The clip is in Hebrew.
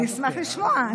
אני אשמח לשמוע.